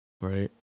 Right